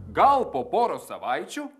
gal po poros savaičių